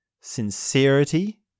sincerity